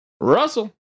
Russell